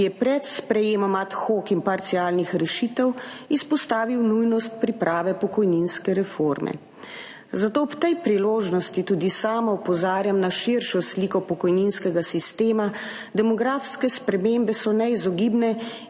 ki je pred sprejemom ad hoc in parcialnih rešitev izpostavil nujnost priprave pokojninske reforme. Zato ob tej priložnosti tudi sama opozarjam na širšo sliko pokojninskega sistema. Demografske spremembe so neizogibne